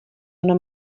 una